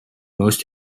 most